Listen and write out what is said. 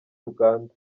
uganda